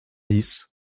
dix